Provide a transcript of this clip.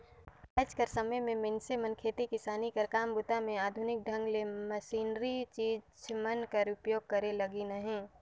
आएज कर समे मे मइनसे मन खेती किसानी कर काम बूता मे आधुनिक ढंग ले मसीनरी चीज मन कर उपियोग करे लगिन अहे